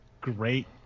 great